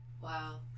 Wow